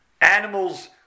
animals